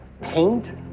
paint